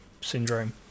syndrome